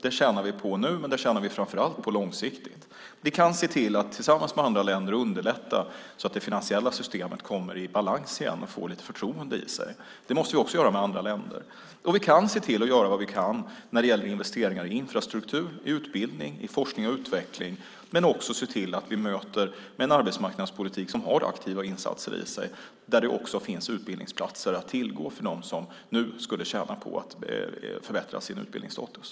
Det tjänar vi på nu, och det tjänar vi framför allt på långsiktigt. Vi kan se till att tillsammans med andra länder underlätta för det finansiella systemet att komma i balans igen och få lite förtroende. Det måste vi göra tillsammans med andra länder. Vi ska också göra vad vi kan när det gäller investeringar i infrastruktur, utbildning, forskning och utveckling. Dessutom ska vi se till att vi har en arbetsmarknadspolitik som innehåller aktiva insatser - att det finns utbildningsplatser att tillgå för dem som nu skulle tjäna på att förbättra sin utbildningsstatus.